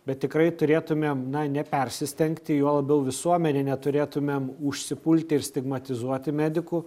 bet tikrai turėtumėm na nepersistengti juo labiau visuomenė neturėtumėm užsipulti ir stigmatizuoti medikų